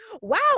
Wow